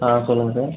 ஆ சொல்லுங்கள் சார்